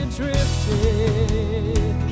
drifting